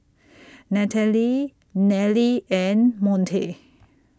Nathaly Nellie and Monte